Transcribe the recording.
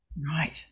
Right